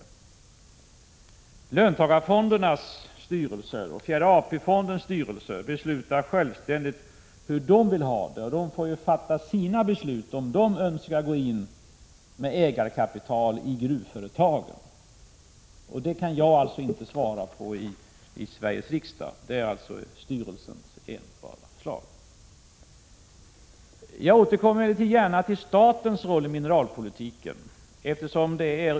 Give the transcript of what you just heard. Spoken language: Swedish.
boten Löntagarfondernas styrelser och fjärde AP-fondens styrelse beslutar självständigt hur de vill ha det. De får själva fatta sina beslut om huruvida de önskar gå in med ägarkapital i gruvföretagen. Detta kan jag inte svara på i Sveriges riksdag, det ankommer på styrelserna. Jag återkommer gärna till statens roll i mineralpolitiken, eftersom det är .